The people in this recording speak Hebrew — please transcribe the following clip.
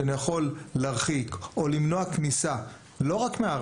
שאני יכול להרחיק או למנוע כניסה לא רק להר